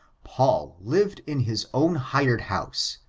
paul lived in his own hired house,